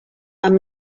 amb